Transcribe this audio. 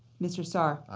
mr. saar. aye.